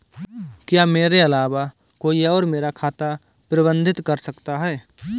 क्या मेरे अलावा कोई और मेरा खाता प्रबंधित कर सकता है?